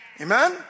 Amen